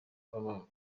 baba